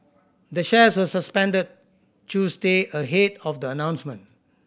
the shares were suspended Tuesday ahead of the announcement